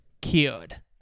Cured